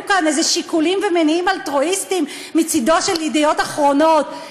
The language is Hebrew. כאן איזה שיקולים ומניעים אלטרואיסטיים מצדו של "ידיעות אחרונות".